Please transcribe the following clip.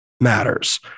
matters